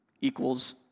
equals